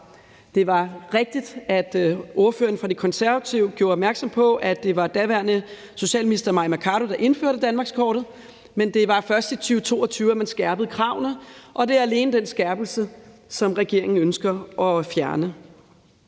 Det var rigtigt, som ordføreren for De Konservative gjorde opmærksom på, at det var daværende socialminister Mai Mercado, der indførte danmarkskortet, men det var først i 2022, at man skærpede kravene, og det er alene den skærpelse, som regeringen ønsker at fjerne.